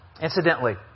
Incidentally